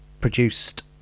produced